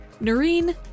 Noreen